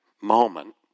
moment